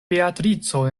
beatrico